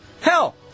Hell